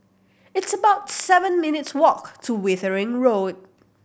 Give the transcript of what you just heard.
it's about seven minutes' walk to Wittering Road